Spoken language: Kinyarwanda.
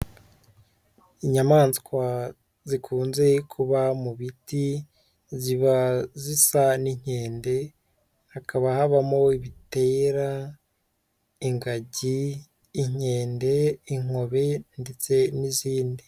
Inyamaswa zikunze kuba mu biti, ziba zisa n'inkende hakaba habamo ibitera, ingagi, inkende, inkobe, ndetse n'izindi.